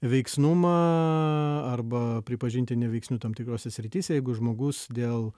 veiksnumą arba pripažinti neveiksniu tam tikrose srityse jeigu žmogus dėl